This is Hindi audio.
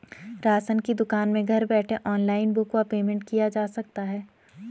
राशन की दुकान में घर बैठे ऑनलाइन बुक व पेमेंट किया जा सकता है?